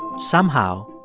somehow,